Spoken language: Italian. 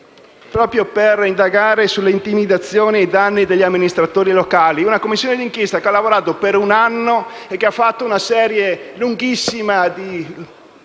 proprio per indagare sulle intimidazioni ai danni degli amministratori locali; una Commissione d'inchiesta che ha lavorato per un anno e che ha fatto giustamente una serie lunghissima di